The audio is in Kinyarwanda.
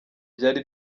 byari